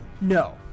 No